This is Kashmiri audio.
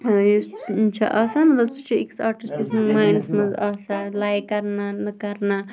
یُس چھُ آسان مَطلَب سُہ چھُ أکِس آٹِسٹَس مَینٛڈَس مَنٛز آسان لایِک کَرنا نا کَرنا